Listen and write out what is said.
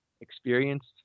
experienced